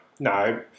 No